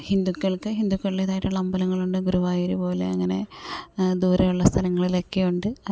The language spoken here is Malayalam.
ഹിന്ദുക്കൾക്ക് ഹിന്ദുക്കളുടേതായിട്ടുള്ള അമ്പലങ്ങളുണ്ട് ഗുരുവായൂർ പോലെ അങ്ങനെ ദൂരമുള്ള സ്ഥങ്ങളിലൊക്കെയുണ്ട്